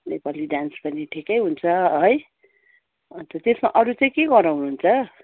Nepali dance पनि ठिकै हुन्छ है अन्त त्यसमा अरू चाहिँ के गराउनु हुन्छ